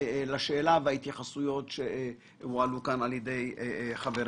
לשאלה ולהתייחסויות שהועלו כאן על ידי חברנו.